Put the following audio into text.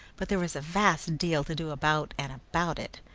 but there was a vast deal to do about and about it,